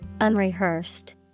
unrehearsed